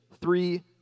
Three